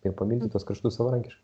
ir pamilti tuos kraštus savarankiškai